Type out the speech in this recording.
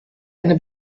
eine